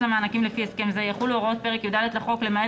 למענקים לפי הסכם זה יחולו הוראות פרק י"ד לחוק למעט